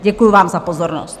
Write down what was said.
Děkuju vám za pozornost.